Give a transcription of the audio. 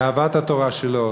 לאהבת התורה שלו